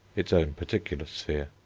its own particular sphere.